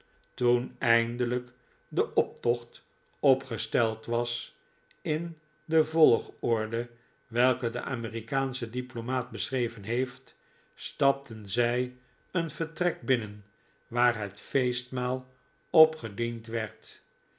toen eindelijk de optocht opgesteld was in de volgorde welke de amerikaansche diplomaat beschreven heeft stapten zij een vertrek binnen waar het feestmaal opgediend werd